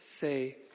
say